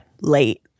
late